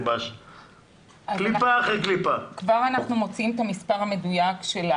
וכמה פקחים כי זה יכול להיות עד 11-10 פקחים למשחטה אחת,